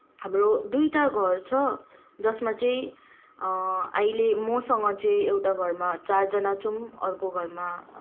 हाम्रो दुईवटा घर छ जसमा चाहिँ अहिले मसँग चाहिँ एउटा घरमा चारजना छौँ अर्को घरमा